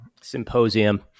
symposium